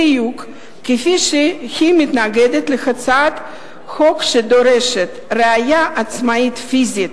בדיוק כפי שהיא מתנגדת להצעת חוק שדורשת ראיה עצמאית פיזית